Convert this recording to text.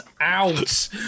out